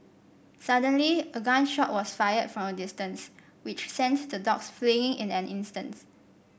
suddenly a gun shot was fired from a distance which sent the dogs fleeing in an instant